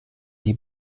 die